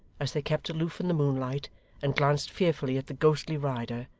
as they kept aloof in the moonlight and glanced fearfully at the ghostly rider,